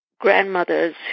grandmothers